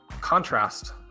contrast